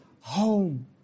home